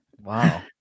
Wow